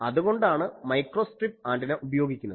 അതുകൊണ്ടാണ് microstrip antenna ഉപയോഗിക്കുന്നത്